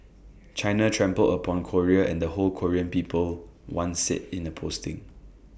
China trampled upon Korea and the whole Korean people one said in A posting